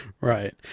Right